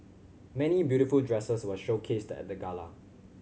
many beautiful dresses were showcased at the gala